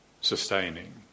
sustaining